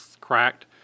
cracked